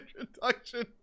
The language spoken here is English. introduction